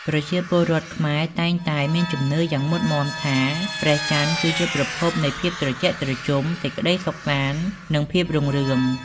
ប្រជាពលរដ្ឋខ្មែរតែងតែមានជំនឿយ៉ាងមុតមាំថា ព្រះច័ន្ទគឺជាប្រភពនៃភាពត្រជាក់ត្រជុំ សេចក្តីសុខសាន្ត និងភាពរុងរឿង។